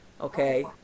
okay